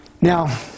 Now